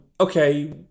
okay